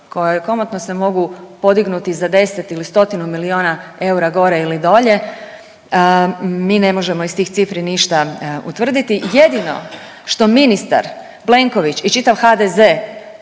koje komotno se mogu podignuti za 10 ili stotinu milijuna eura gore ili dolje mi ne možemo iz tih cifri utvrditi. Jedino što ministar, Plenković i čitav HDZ